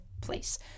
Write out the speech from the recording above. place